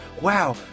wow